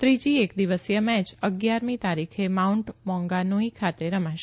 ત્રીજી એક દીવસીય મેચ અગીયારમી તારીખે માઉન્ટ મૌન્ગાનુઈ ખાતે રમાશે